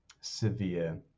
severe